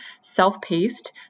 self-paced